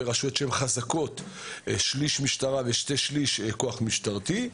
ברשויות חזקות שליש משטרה ושני-שליש כוח משטרתי,